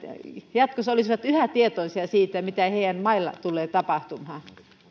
jatkossa olisivat yhä tietoisia siitä mitä heidän maillaan tulee tapahtumaan